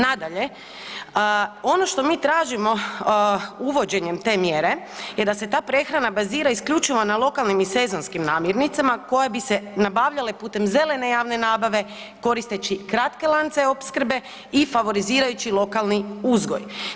Nadalje, ono što mi tražimo uvođenjem te mjere je da se ta prehrana bazira isključivo na lokalnim i sezonskim namirnicama koje bi se nabavljale putem zelene javne nabave koristeći kratke lance opskrbe i favorizirajući lokalni uzgoj.